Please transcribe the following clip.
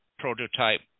prototype